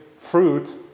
fruit